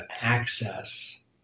access